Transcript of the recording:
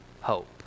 hope